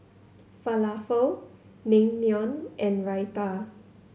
Falafel Naengmyeon and Raita